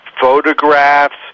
photographs